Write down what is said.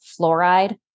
fluoride